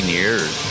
years